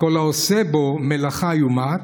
כל העשה בו מלאכה יומת.